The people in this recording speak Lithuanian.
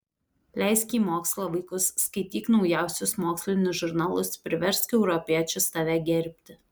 leisk į mokslą vaikus skaityk naujausius mokslinius žurnalus priversk europiečius tave gerbti